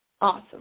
awesome